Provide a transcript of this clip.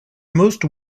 most